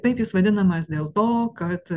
taip jis vadinamas dėl to kad